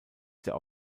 der